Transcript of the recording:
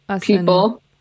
people